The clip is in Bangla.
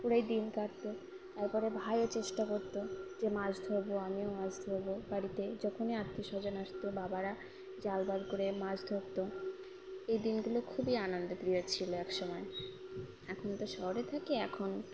পুকুরেই দিন কাটতো তারপরে ভাইও চেষ্টা করতো যে মাছ ধরবো আমিও মাছ ধরবো বাড়িতে যখনই আত্মীয় স্বজন আসতো বাবারা জাল বার করে মাছ ধরতো এই দিনগুলো খুবই আনন্দপ্রিয় ছিলো এক সময় এখন তো শহরে থাকি এখন